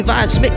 Vibes